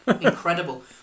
incredible